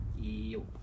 Yo